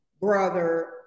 brother